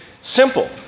simple